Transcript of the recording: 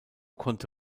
konnte